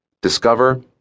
Discover